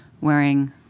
wearing